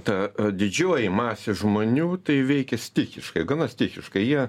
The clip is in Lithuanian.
ta didžioji masė žmonių tai veikia stichiškai gana stichiškai jie